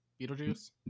beetlejuice